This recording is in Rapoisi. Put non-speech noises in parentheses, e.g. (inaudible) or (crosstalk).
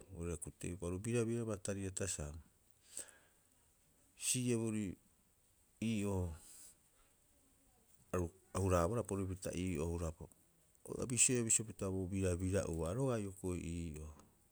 (unintelligible) Aru birabiraba tari'ata sa, si'ieborii ii'oo aru a huraabohara porepita ii'oo, (unintelligible) a bisioea bisio opita bo birabira'oa roga'a hioko'i ii'oo.